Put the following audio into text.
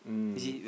mm